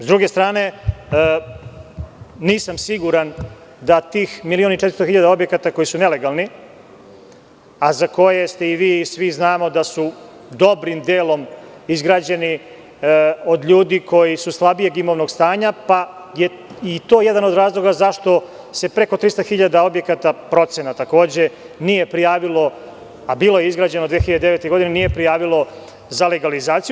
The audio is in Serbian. S druge strane, nisam siguran da tih milion i 400 hiljada objekata koji su nelegalni, a za koje ste i vi i svi znao da su dobrim delom izgrađeni od ljudi koji su slabijeg imovnog stanja, pa je i to jedna od razloga zašto se preko 300 hiljada objekata, to je procena takođe, nije prijavilo, a bilo je izgrađeno 2009. godine, nije prijavilo za legalizaciju.